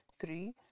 three